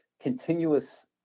continuous